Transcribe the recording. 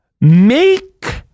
Make